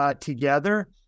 together